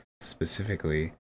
Specifically